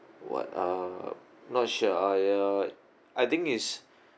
what are not sure uh ya I think is